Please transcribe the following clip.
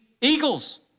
eagles